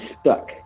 stuck